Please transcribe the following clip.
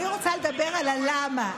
אני רוצה לדבר על למה.